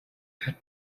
had